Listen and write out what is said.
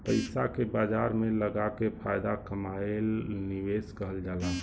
पइसा के बाजार में लगाके फायदा कमाएल निवेश कहल जाला